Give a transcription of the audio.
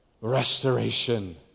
restoration